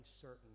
certain